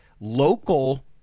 local –